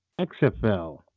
XFL